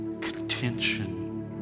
contention